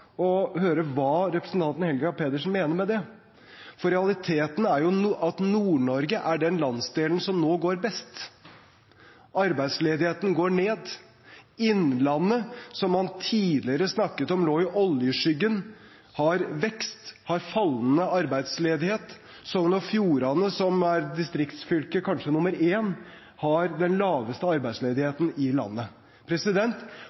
å høre hva representanten Helga Pedersen mener med det, for realiteten er jo at Nord-Norge er den landsdelen som nå går best – arbeidsledigheten går ned. Innlandet, som man tidligere snakket om lå i oljeskyggen, har vekst, har fallende arbeidsledighet. Sogn og Fjordane som kanskje er distriktsfylke nr. 1, har den laveste